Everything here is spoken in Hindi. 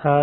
था